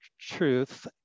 truth